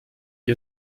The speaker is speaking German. die